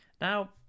Now